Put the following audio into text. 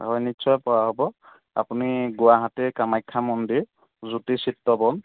হয় নিশ্চয় পৰা হ'ব আপুনি গুৱাহাটীৰ কামাখ্যা মন্দিৰ জ্যোতি চিত্ৰবন